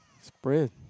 Spread